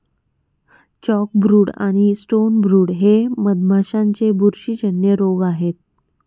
chalkbrood आणि stonebrood हे मधमाशांचे बुरशीजन्य रोग आहेत